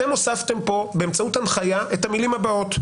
אתם הוספתם פה באמצעות הנחיה את המילים הבאות: